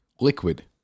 Liquid